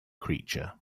creature